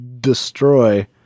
destroy